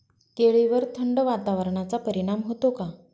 केळीवर थंड वातावरणाचा परिणाम होतो का?